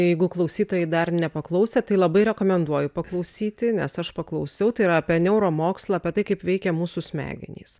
jeigu klausytojai dar nepaklausė tai labai rekomenduoju paklausyti nes aš paklausiau tai yra apie neuromokslą apie tai kaip veikia mūsų smegenys